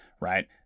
right